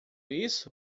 isso